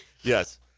Yes